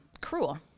cruel